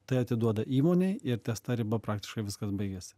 tai atiduoda įmonei ir ties ta riba praktiškai viskas baigiasi